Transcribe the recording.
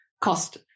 cost